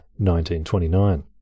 1929